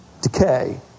decay